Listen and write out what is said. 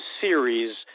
series